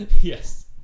Yes